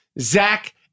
Zach